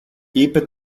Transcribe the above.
είπε